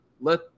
let